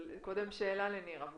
קודם שאלה לנירה.